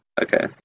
Okay